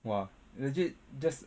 !wah! legit just